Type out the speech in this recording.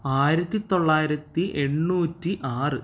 ആയിരത്തിത്തൊള്ളായിരത്തി എണ്ണൂറ്റി ആറ്